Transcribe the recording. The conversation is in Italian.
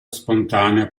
spontanea